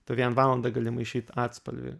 tu vien valandą gali maišyt atspalvį